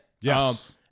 Yes